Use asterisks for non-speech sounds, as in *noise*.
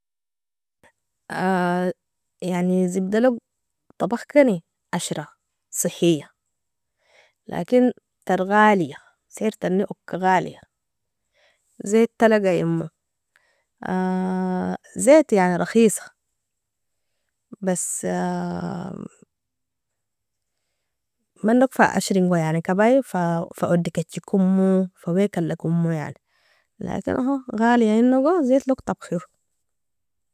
- yani zibdalog tabakhkani ashra sihiya, lakin tar galia siertani koa galia, zeitalagaimo *hesitation* zeit yani rakhisa, bas *hesitation* manog fa ashringo yani kabi fa odikajekomo fa weka alakomo yani lakin *unintelligible* galiainogo zeitlog tabkhero.